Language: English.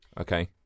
okay